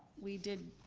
we did